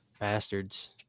bastards